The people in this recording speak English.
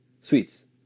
sweets